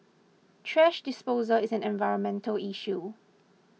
thrash disposal is an environmental issue